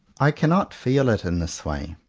i cannot feel it in this way.